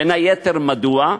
בין היתר מדוע?